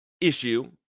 issue